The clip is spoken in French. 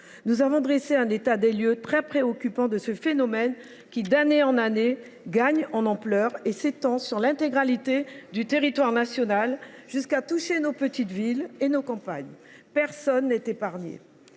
nous avons dressé un état des lieux très préoccupant de ce phénomène, qui, d’année en année, gagne en ampleur et s’étend sur l’intégralité du territoire national, jusqu’à toucher nos petites villes et nos campagnes. Personne n’est épargné.